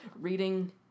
reading